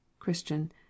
Christian